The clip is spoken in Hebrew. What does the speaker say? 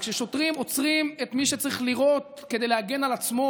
וכששוטרים עוצרים את מי שצריך לירות כדי להגן על עצמו,